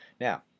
Now